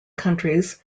countries